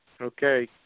Okay